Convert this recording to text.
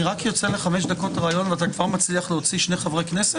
אני רק יוצא לחמש דקות ריאיון ואתה כבר מצליח להוציא חברי כנסת?